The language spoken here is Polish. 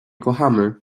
kochamy